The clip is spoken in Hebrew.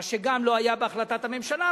מה שגם לא היה בהחלטת הממשלה,